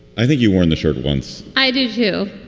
i think you worn the shirt once i did you.